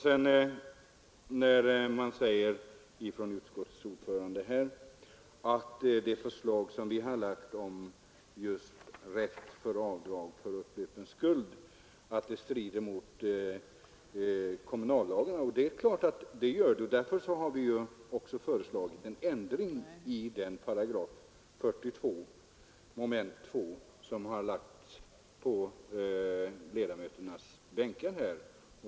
Sedan sade utskottets ordförande att det förslag som vi har lagt om rätt till avdrag för avbetalning av skuld för oguldna underhållsbelopp strider mot ”kommunalskattelagen, och det gör det ju. Men därför har vi också föreslagit en ändring i 46 § 2 mom., som har delats ut på ledamöternas bänkar.